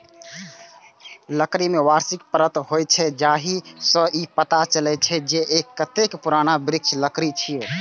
लकड़ी मे वार्षिक परत होइ छै, जाहि सं ई पता चलै छै, जे ई कतेक पुरान वृक्षक लकड़ी छियै